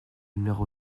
numéro